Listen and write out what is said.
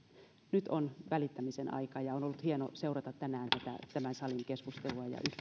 nyt on välittämisen aika ja on ollut hienoa seurata tänään tämän salin keskustelua ja